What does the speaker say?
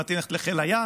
מי מתאים ללכת לחיל הים,